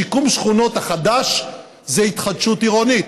שיקום שכונות החדש זאת התחדשות עירונית.